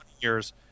years